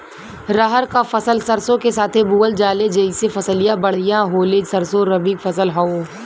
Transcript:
रहर क फसल सरसो के साथे बुवल जाले जैसे फसलिया बढ़िया होले सरसो रबीक फसल हवौ